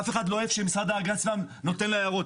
אף אחד לא אוהב שמשרד ההגנ"ס נותן לו הערות.